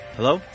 Hello